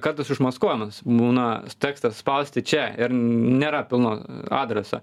kartais užmaskuojamas būna tekstas spausti čia ir nėra pilno adreso